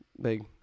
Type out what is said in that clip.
big